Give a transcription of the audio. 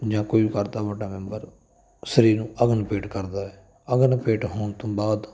ਜਾਂ ਕੋਈ ਘਰ ਦਾ ਵੱਡਾ ਬੰਦਾ ਸਰੀਰ ਨੂੰ ਅਗਨ ਭੇਟ ਕਰਦਾ ਅਗਨ ਭੇਟ ਹੋਣ ਤੋਂ ਬਾਅਦ